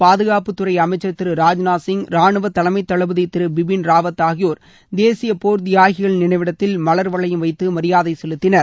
பாதுகாப்புத் துறை அமைச்சர் திரு ராஜ்நாத் சிங் ராணுவ தலைமை தளபதி திரு பிபிள் ராவத் ஆகியோர் தேசிய போர் திபாகிகள் நினைவிடத்தில் மலர் வளையம் வைத்து மரியாதை செலுத்தினர்